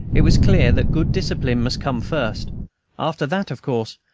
it was clear that good discipline must come first after that, of course,